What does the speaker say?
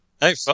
Hey